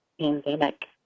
pandemic